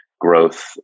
growth